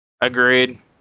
Agreed